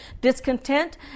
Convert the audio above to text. discontent